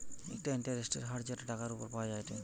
একটা ইন্টারেস্টের হার যেটা টাকার উপর পাওয়া যায়টে